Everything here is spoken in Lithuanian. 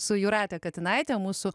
su jūrate katinaite mūsų